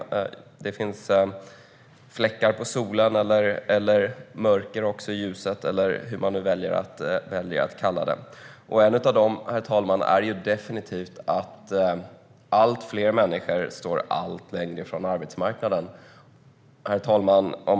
Solen har också fläckar; det finns mörker också i ljuset - eller vad man nu väljer att kalla det. En av fläckarna är definitivt att allt fler människor står allt längre bort från arbetsmarknaden. Herr talman!